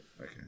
okay